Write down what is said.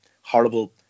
horrible